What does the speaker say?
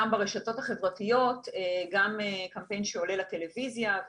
גם ברשתות החברתיות וגם קמפיין שעולה לטלוויזיה,